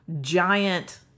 giant